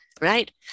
Right